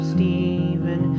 Stephen